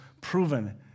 proven